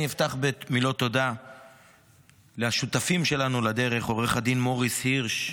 אני אפתח במילות תודה לשותפים שלנו לדרך: עו"ד מוריס הירש,